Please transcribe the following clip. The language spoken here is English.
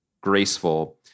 graceful